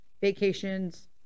Vacations